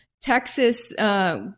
Texas